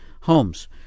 homes